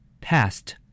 past